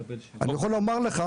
אבל אני יכול לומר לך